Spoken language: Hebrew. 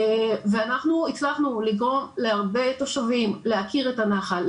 ואנחנו הצלחנו לגרום להרבה תושבים להכיר את הנחל,